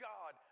God